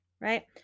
Right